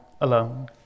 alone